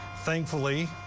thankfully